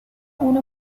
una